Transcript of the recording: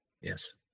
Yes